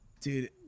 dude